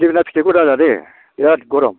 जोगोनार फिथायखौ दाजा दे बिराथ गरम